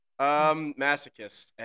Masochist